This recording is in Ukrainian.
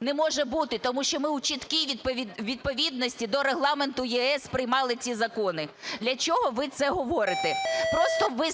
не може бути. Тому що ми у чіткій відповідності до Регламенту ЄС приймали ці закони. Для чого ви це говорите? Просто